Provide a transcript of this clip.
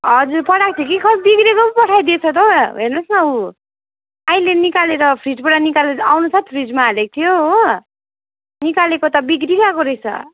हजुर पठाएको थिएँ कि खोइ बिग्रेको पो पठाइदिएछ त हो हेर्नुहोस् न हो अहिले निकालेर फ्रिजबाट निकालेर आउनुसाथ फ्रिजमा हालेको थियो हो निकालेको त बिग्रिगएको रहेछ